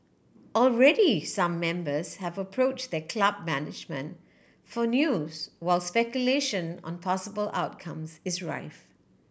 already some members have approached their club management for news while speculation on possible outcomes is rife